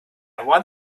one